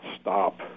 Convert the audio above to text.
stop